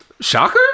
Shocker